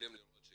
תוכלו לראות,